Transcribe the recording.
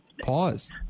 Pause